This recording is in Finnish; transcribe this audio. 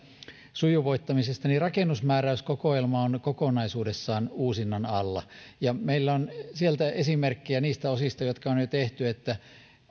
sujuvoittamisesta niin rakennusmääräyskokoelma on kokonaisuudessaan uusinnan alla meillä on sieltä esimerkkejä niistä osista jotka on jo tehty että